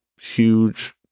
huge